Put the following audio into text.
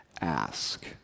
ask